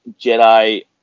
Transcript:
Jedi